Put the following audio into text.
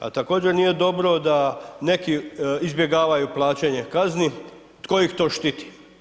A također nije dobro da neki izbjegavaju plaćanje kazni, tko ih to štiti?